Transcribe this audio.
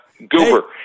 Goober